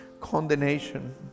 condemnation